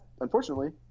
unfortunately